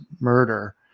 murder